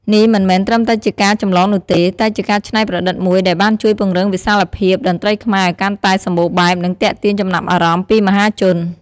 នេះមិនមែនត្រឹមតែជាការចម្លងនោះទេ តែជាការច្នៃប្រឌិតមួយដែលបានជួយពង្រីកវិសាលភាពតន្ត្រីខ្មែរឲ្យកាន់តែសម្បូរបែប និងទាក់ទាញចំណាប់អារម្មណ៍ពីមហាជន។